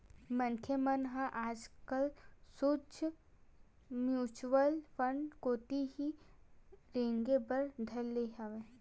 मनखे मन ह आजकल सोझ म्युचुअल फंड कोती ही रेंगे बर धर ले हवय